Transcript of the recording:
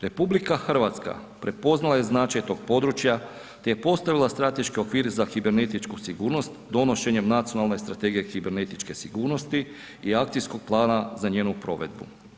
RH prepoznala je značaj tog područja, te je postavila strateški okvir za kibernetičku sigurnost donošenjem nacionalne strategije kibernetičke sigurnosti i akcijskog plana za njenu provedbu.